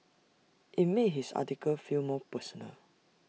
IT made his article feel more personal